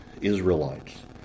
Israelites